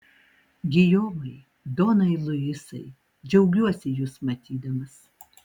gijomai donai luisai džiaugiuosi jus matydamas